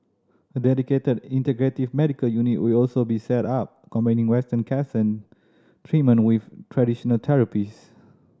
a dedicated integrative medical unit will also be set up combining western cancer treatment with traditional therapies